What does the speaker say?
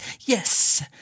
Yes